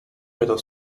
pero